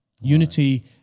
Unity